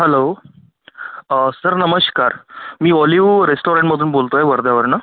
hello sir नमस्कार मी value रेस्टाॅरंटमधून बोलत आहे वर्ध्यावरून